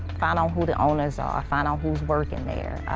find out who the owners are, find out who's working there.